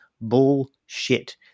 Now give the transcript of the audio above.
Bullshit